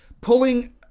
pulling